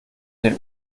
den